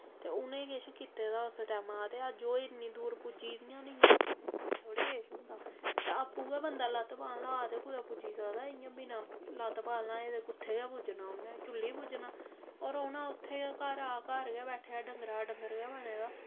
उ'नें किश कीते दा उस टैमें दा ते ओह् अज्ज इन्नी दूर पुज्जी दियां ते आपूं गै बंदा कोई लत्त बांह् लाह्ग ते पुज्जी सकदा ते इ'यां बिना लत्त बांह् लाऐ दे कुत्थै पुज्जना ते रौह्ना उत्थै गै घरा दा घर गै बैठे दे डंगरे दा डंगर गै बने दा